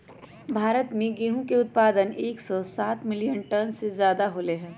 भारत में गेहूं के उत्पादन एकसौ सात मिलियन टन से ज्यादा होलय है